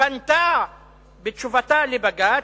פנתה בתשובתה לבג"ץ,